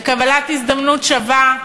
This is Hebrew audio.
בקבלת הזדמנות שווה,